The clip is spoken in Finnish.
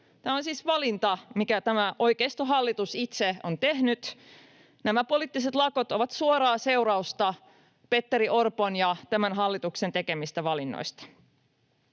Tämä on siis valinta, minkä tämä oikeistohallitus itse on tehnyt. Nämä poliittiset lakot ovat suoraa seurausta Petteri Orpon ja tämän hallituksen tekemistä valinnoista.